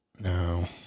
No